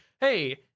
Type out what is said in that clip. hey